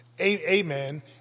amen